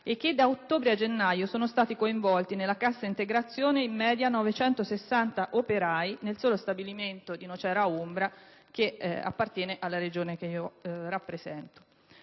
e che da ottobre a gennaio sono stati coinvolti nella cassa integrazione circa 960 operai nel solo stabilimento di Nocera Umbra, che fa parte della Regione che io rappresento.